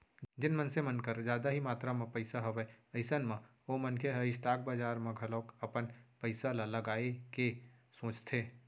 जेन मनसे मन कर जादा ही मातरा म पइसा हवय अइसन म ओ मनखे मन ह स्टॉक बजार म घलोक अपन पइसा ल लगाए के सोचथे